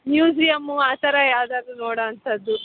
museum ಆ ಥರ ಯಾವುದಾದ್ರು ನೋಡೋ ಅಂಥದ್ದು